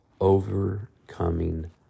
overcoming